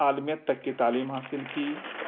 عالمیت تک کی تعلیم حاصل کی